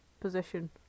position